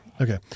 okay